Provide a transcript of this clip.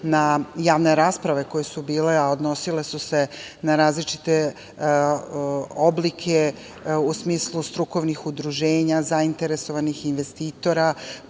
na javne rasprave koje su bile, a odnosile su se na različite oblike, u smislu strukovnih udruženja, zainteresovanih investitora,